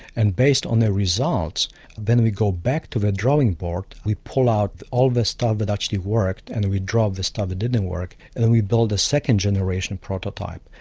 and based on their results then we go back to the drawing board, we pull out all the stuff that actually worked and we drop the stuff that didn't and work, and then we build a second generation prototype.